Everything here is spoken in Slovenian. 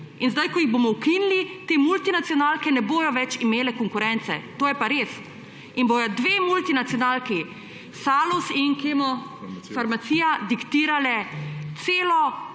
In zdaj ko ju bomo ukinili, te multinacionalke ne bodo več imele konkurence. To je pa res. In bosta dve multinacionalki, Salus in Kemofarmacija, diktirali ceno